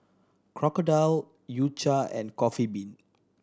Crocodile U Cha and Coffee Bean